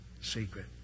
secret